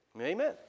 Amen